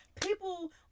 people